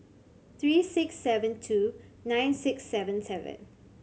three six seven two nine six seven seven